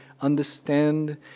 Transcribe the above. understand